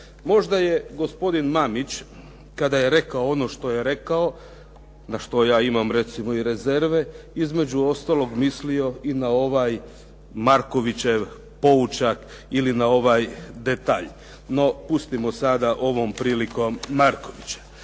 Možda je gospodin Mamić kada je rekao ono što je rekao, na što ja imam recimo i rezerve, između ostalog mislio i na ovaj Markovićev poučak ili na ovaj detalj. No pustimo sada ovom prilikom Markovića.